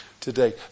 Today